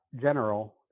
General